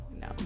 no